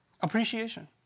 appreciation